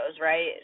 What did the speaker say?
right